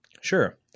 Sure